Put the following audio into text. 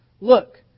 Look